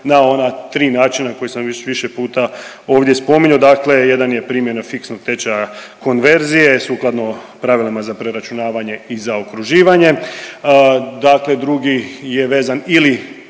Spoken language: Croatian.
na ona tri načina koji sam već više puta ovdje spominjao. Dakle, jedan je primjena fiksnog tečaja konverzije sukladno pravilima za preračunavanje i zaokruživanje. Dakle, drugi je vezan ili